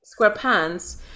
SquarePants